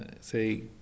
say